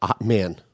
man